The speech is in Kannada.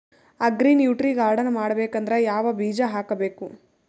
ಅಗ್ರಿ ನ್ಯೂಟ್ರಿ ಗಾರ್ಡನ್ ಮಾಡಬೇಕಂದ್ರ ಯಾವ ಬೀಜ ಹಾಕಬೇಕು?